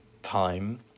time